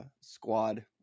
squad